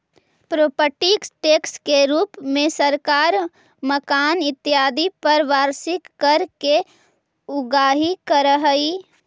property tax के रूप में सरकार मकान इत्यादि पर वार्षिक कर के उगाही करऽ हई